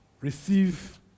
receive